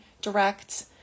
direct